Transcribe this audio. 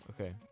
okay